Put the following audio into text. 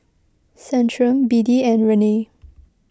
Centrum B D and Rene